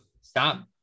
stop